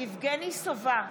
יבגני סובה,